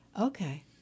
Okay